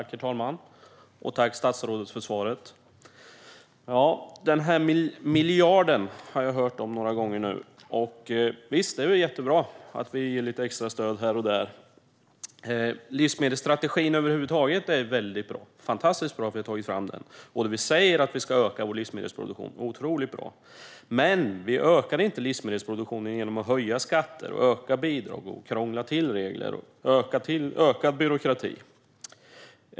Herr talman! Tack, statsrådet, för svaret! Den här miljarden har jag hört om några gånger. Det är jättebra att man ger lite extrastöd här och där. Över huvud taget är livsmedelsstrategin väldigt bra. Det är fantastiskt bra att vi har tagit fram den. Det är också otroligt bra att man säger att vi ska öka vår livsmedelsproduktion. Men vi ökar den inte genom att höja skatter, öka bidrag, öka byråkratin och krångla till regler.